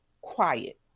Quiet